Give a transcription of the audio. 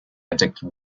addicted